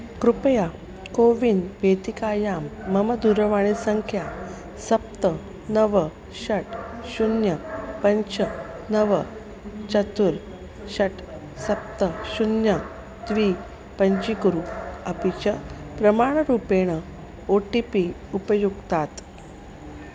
कृपया कोविन् वेदिकायां मम दूरवाणीसङ्ख्या सप्त नव षट् शून्यं पञ्च नव चतुर्षट् सप्त शून्यं द्वे पञ्जीकुरु अपि च प्रमाणरूपेण ओ टि पि उपयुङ्क्तात्